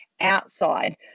outside